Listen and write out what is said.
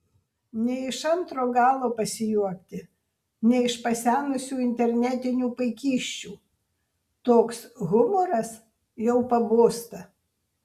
ne iš antro galo pasijuokti ne iš pasenusių internetinių paikysčių toks humoras jau pabosta